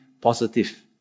positive